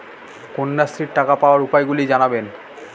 কন্যাশ্রীর টাকা পাওয়ার উপায়গুলি জানাবেন?